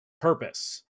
purpose